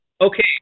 Okay